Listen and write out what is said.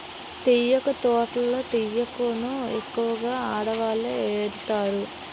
తేయాకు తోటల్లో తేయాకును ఎక్కువగా ఆడవాళ్ళే ఏరుతారు